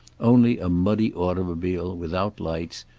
only a muddy automobile, without lights,